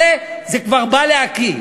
השיקולים הרלוונטיים זה, זו מילת הקסם.